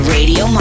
Radio